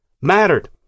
mattered